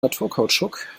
naturkautschuk